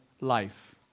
life